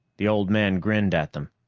the old man grinned at them.